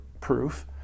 proof